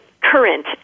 current